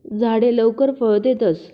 झाडे लवकर फळ देतस